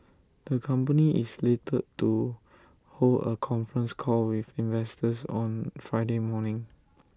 the company is slated to hold A conference call with investors on Friday morning